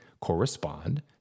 correspond